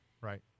Right